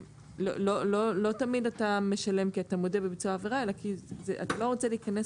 לא תמיד אתה משלם כי אתה מודה בביצוע העבירה אלא כי אתה לא רוצה להיכנס